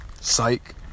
Psych